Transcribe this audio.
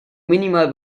minimal